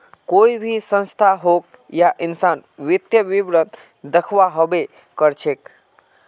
कोई भी संस्था होक या इंसान वित्तीय विवरण दखव्वा हबे कर छेक